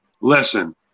listen